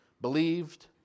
Believed